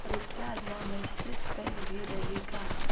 Recharge मा message pack भी रही का?